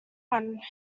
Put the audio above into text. one